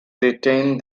retain